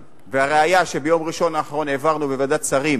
והראיה, שביום ראשון האחרון העברנו בוועדת שרים